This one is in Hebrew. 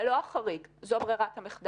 זה לא החריג אלא זו ברירת המחדל.